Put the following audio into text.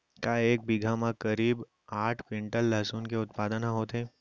का एक बीघा म करीब आठ क्विंटल लहसुन के उत्पादन ह होथे?